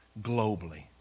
globally